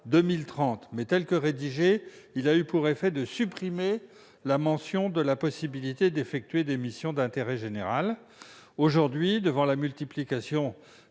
ainsi adopté a eu pour effet de supprimer la mention de la possibilité d'effectuer des missions d'intérêt général. Aujourd'hui, devant la multiplication